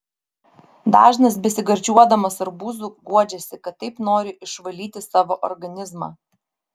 dažnas besigardžiuodamas arbūzu guodžiasi kad taip nori išvalyti savo organizmą